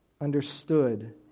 understood